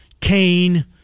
Kane